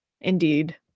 indeed